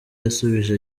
yasubije